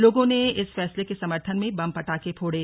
लोगों ने इस फैसले के समर्थन में बम पटाखे फोड़े